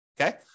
Okay